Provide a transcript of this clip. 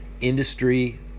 industry